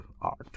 art